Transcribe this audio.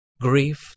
grief